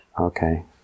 Okay